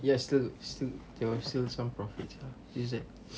yes still still there was still some profits ah it's that